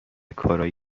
کارایی